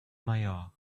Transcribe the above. mayor